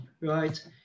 right